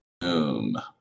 Boom